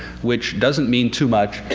which doesn't mean too much.